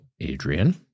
Adrian